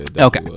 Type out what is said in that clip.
Okay